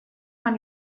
man